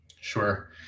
sure